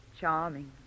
charming